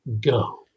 go